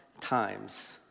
times